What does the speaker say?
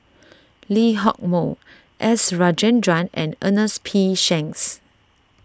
Lee Hock Moh S Rajendran and Ernest P Shanks